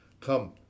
Come